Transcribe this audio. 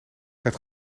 het